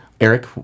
Eric